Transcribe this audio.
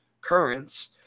currents